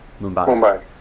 Mumbai